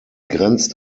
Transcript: grenzt